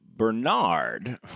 Bernard